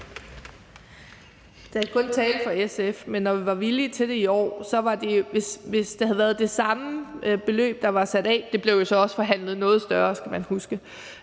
Jeg kan kun tale for SF, men når vi var villige til det i år, var det jo, fordi vi fik noget igennem, og beløbet blev jo så også forhandlet noget større, skal man huske.